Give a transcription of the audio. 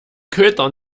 köter